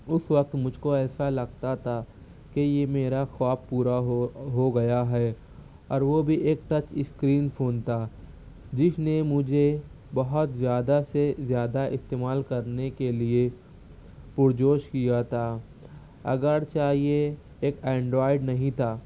اس وقت مجھ کو ایسا لگتا تھا کہ یہ میرا خواب پورا ہو ہو گیا ہے اور وہ بھی ایک ٹچ اسکرین فون تھا جس نے مجھے بہت زیادہ سے زیادہ استعمال کرنے کے لیے پرجوش کیا تھا اگر چاہیے ایک انڈرائیڈ نہیں تھا